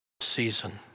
season